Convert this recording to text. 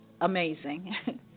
amazing